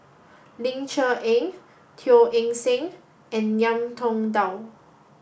Ling Cher Eng Teo Eng Seng and Ngiam Tong Dow